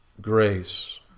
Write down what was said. grace